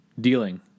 dealing